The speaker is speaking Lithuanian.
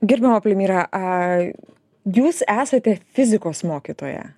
gerbiama palmyra a jūs esate fizikos mokytoja